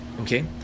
okay